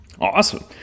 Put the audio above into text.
Awesome